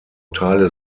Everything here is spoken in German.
teile